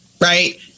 right